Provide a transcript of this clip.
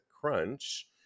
crunch